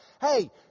Hey